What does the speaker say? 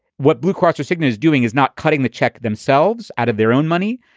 what blue cross or cigna is doing is not cutting the check themselves out of their own money.